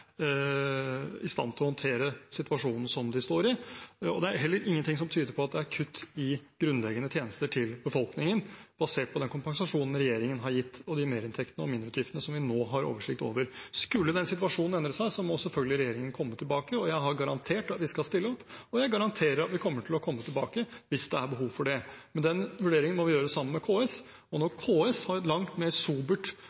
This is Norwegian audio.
i stand til å håndtere situasjonen som de står i. Det er heller ingenting som tyder på at det er kutt i grunnleggende tjenester til befolkningen, basert på den kompensasjonen regjeringen har gitt, og de merinntektene og mindreutgiftene som vi nå har oversikt over. Skulle den situasjonen endre seg, må selvfølgelig regjeringen komme tilbake, og jeg har garantert at vi skal stille opp, og jeg garanterer at vi vil komme tilbake hvis det er behov for det. Men den vurderingen må vi gjøre sammen med KS, og